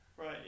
Right